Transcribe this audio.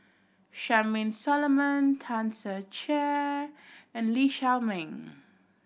Charmaine Solomon Tan Ser Cher and Lee Shao Meng